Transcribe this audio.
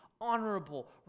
honorable